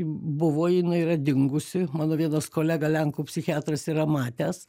buvo jinai yra dingusi mano vienas kolega lenkų psichiatras yra matęs